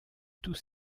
tous